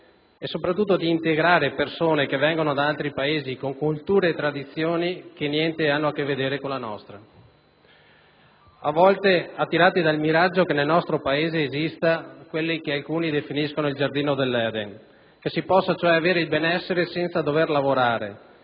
e soprattutto di integrare persone che vengono da altri Paesi, con culture e tradizioni che niente hanno a che vedere con la nostra, a volte attirati dal miraggio che nel nostro Paese esista quello che alcuni definiscono il giardino dell'Eden, che si possa cioè raggiungere il benessere senza dover lavorare